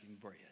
bread